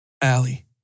Allie